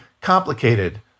complicated